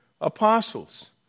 apostles